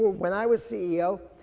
when i was ceo,